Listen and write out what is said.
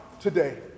today